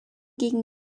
gegen